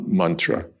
mantra